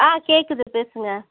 ஆ கேட்குது பேசுங்கள்